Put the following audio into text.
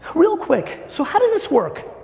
real quick, so how does this work?